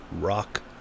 Rock